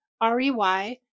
R-E-Y